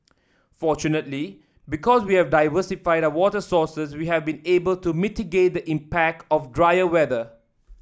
fortunately because we have diversified our water sources we have been able to mitigate the impact of drier weather